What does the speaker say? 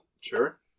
Sure